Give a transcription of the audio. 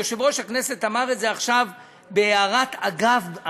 יושב-ראש הכנסת אמר את זה עכשיו בהערת אגב,